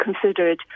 considered